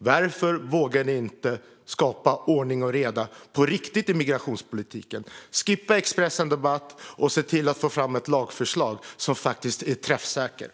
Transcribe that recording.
Varför vågar ni inte skapa ordning och reda på riktigt i migrationspolitiken, Jonny Cato? Skippa Expressen Debatt och se till att få fram ett lagförslag som är träffsäkert!